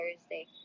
Thursday